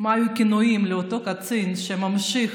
מה היו הכינויים לאותו קצין שממשיך